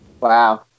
Wow